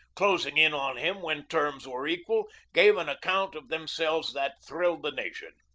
closing in on him when terms were equal, gave an account of themselves that thrilled the nation.